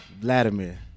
Vladimir